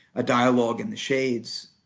a dialogue in the shades.